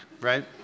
right